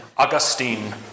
Augustine